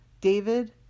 David